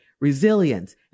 resilience